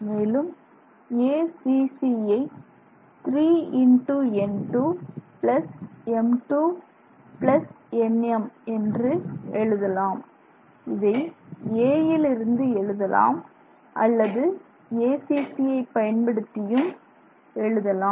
மேலும் acc யை 3×n2m2nm என்று எழுதலாம் இதை a யில் இருந்து எழுதலாம் அல்லது acc பயன் படுத்தியும் எழுதலாம்